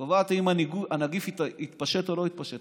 קובעת אם הנגיף יתפשט או לא יתפשט.